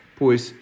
pois